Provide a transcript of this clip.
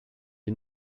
you